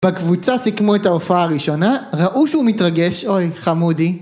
בקבוצה סיכמו את ההופעה הראשונה, ראו שהוא מתרגש, אוי חמודי